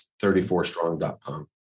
34strong.com